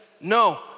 No